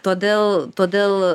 todėl todėl